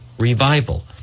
revival